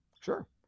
Sure